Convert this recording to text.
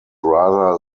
rather